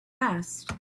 best